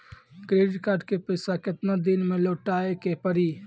Credit card के पैसा केतना दिन मे लौटाए के पड़ी?